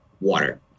water